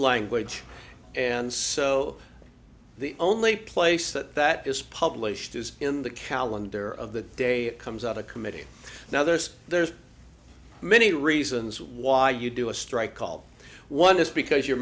language and so the only place that that is published is in the calendar of the day comes out of committee now there's there's many reasons why you do a strike call one is because you're